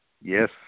Yes